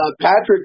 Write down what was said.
Patrick